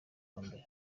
wambere